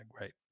right